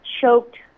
choked